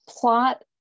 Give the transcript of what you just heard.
plot